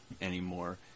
anymore